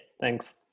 Thanks